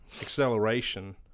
acceleration